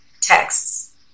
texts